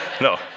No